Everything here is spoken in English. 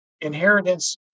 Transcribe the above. inheritance